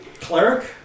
Cleric